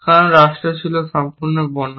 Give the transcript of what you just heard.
কারণ রাষ্ট্র ছিল সম্পূর্ণ বর্ণনা